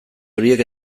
horiek